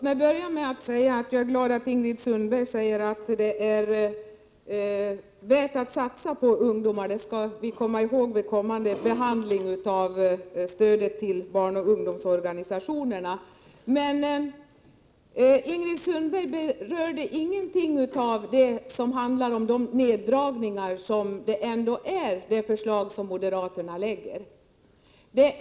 Herr talman! Jag är glad över att Ingrid Sundberg säger att det är värt att satsa på ungdomar. Detta skall vi komma ihåg vid den kommande Ingrid Sundberg berörde emellertid inte de neddragningar som det ändå handlar om i de förslag som moderaterna lägger fram.